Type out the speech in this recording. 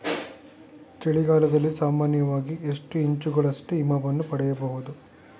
ಚಳಿಗಾಲದಲ್ಲಿ ಸಾಮಾನ್ಯವಾಗಿ ಎಷ್ಟು ಇಂಚುಗಳಷ್ಟು ಹಿಮವನ್ನು ಪಡೆಯಬಹುದು?